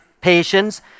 patients